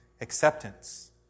acceptance